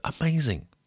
Amazing